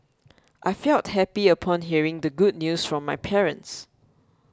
I felt happy upon hearing the good news from my parents